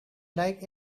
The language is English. like